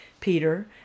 Peter